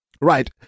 right